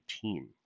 team